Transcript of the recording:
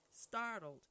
startled